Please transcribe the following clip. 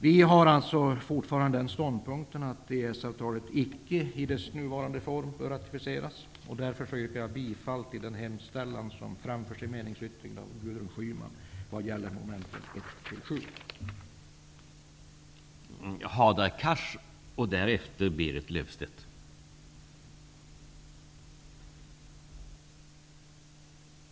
Vi har alltså fortfarande den ståndpunkten att EES-avtalet icke i dess nuvarande form bör ratificeras. Därför yrkar jag bifall till den hemställan som framförs i meningsyttringen av Gudrun Schyman vad gäller momenten 1--7.